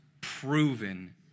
proven